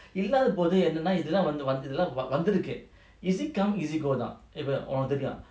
இல்லாதபோதுவந்துஎன்னனாஇதெல்லாம்வந்துருக்கு:illathapothu vandhu ennana idhellam vanthuruku easy come easy go தான்இப்பஉனக்குதெரியும்:than ipa unaku therium